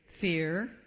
fear